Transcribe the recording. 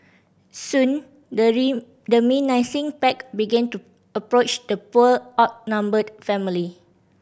soon the the pack began to approach the poor outnumbered family